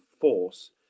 force